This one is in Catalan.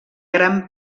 gran